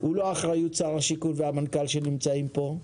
הוא לא אחריות שר השיכון והמנכ"ל שנמצאים פה,